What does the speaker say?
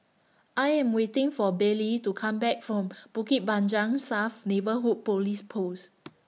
I Am waiting For Baylie to Come Back from Bukit Panjang South Neighbourhood Police Post